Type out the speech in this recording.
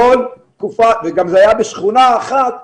וזה גם היה בשכונה אחת,